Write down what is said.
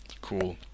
Cool